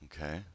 Okay